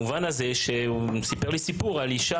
הוא סיפר לי סיפור על אישה,